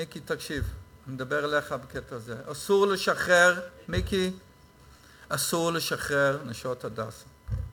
אני מדבר אליך בקטע הזה: אסור לשחרר את "נשות הדסה",